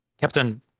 Captain